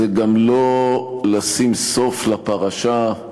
זה גם לא לשים סוף לפרשה,